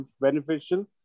beneficial